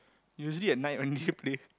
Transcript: usually at night when usually play